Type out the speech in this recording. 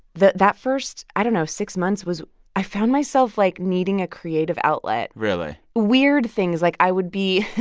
that that first, i don't know, six months was i found myself, like, needing a creative outlet really. weird things. like, i would be